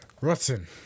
rotten